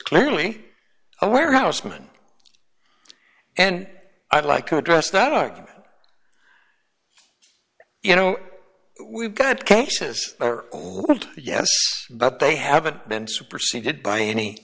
clearly a warehouseman and i'd like to address that argument you know we've got cases yes but they haven't been superceded by any